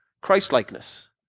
Christlikeness